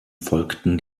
folgten